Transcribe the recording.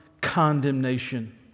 condemnation